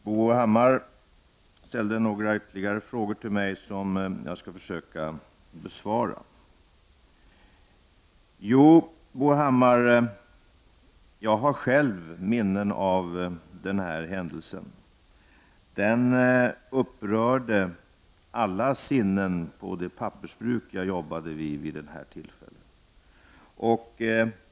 Herr talman! Bo Hammar ställde några ytterligare frågor till mig som jag skall försöka besvara. Jo, Bo Hammar, jag har själv minnen av den här händelsen. Den upprörde alla sinnen vid det pappersbruk som jag jobbade på vid den här tiden.